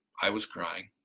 i was crying,